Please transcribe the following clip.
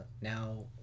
now